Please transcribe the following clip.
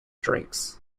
drinks